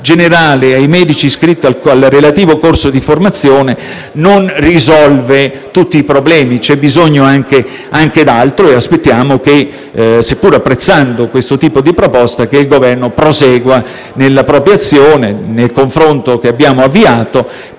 generale ai medici iscritti al relativo corso di formazione non risolve tutti i problemi. C'è bisogno anche di altro e, pur apprezzando questo tipo di proposte, aspettiamo che il Governo prosegua nella propria azione, nel confronto che abbiamo avviato